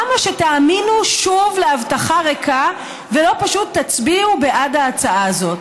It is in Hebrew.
למה שתאמינו שוב להבטחה ריקה ולא פשוט תצביעו בעד ההצעה הזאת?